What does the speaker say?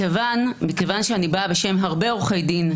מכיוון שאני באה בשם הרבה עורכי דין,